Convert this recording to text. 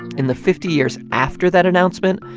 in the fifty years after that announcement,